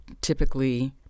typically